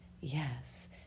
yes